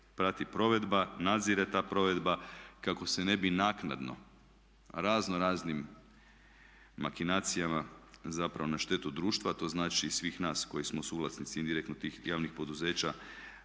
prati provedba, nadzire ta provedba kako se ne bi naknadno raznoraznim makinacijama zapravo na štetu društva, a to znači i svih nas koji smo suvlasnici indirektno tih javnih poduzeća,